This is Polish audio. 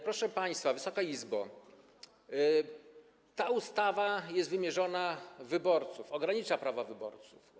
Proszę państwa, Wysoka Izbo, ta ustawa jest wymierzona w wyborców, ogranicza prawa wyborców.